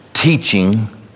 teaching